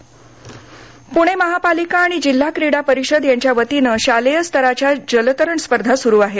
प्णे महापालिका आणि जिल्हा क्रीडा परीषद यांच्या वतीनं शालेय स्तराच्या जलतरण स्पर्धा सुरू आहेत